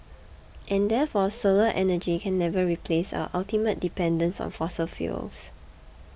and therefore solar energy can never replace our ultimate dependence on fossil fuels